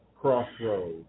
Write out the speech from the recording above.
crossroads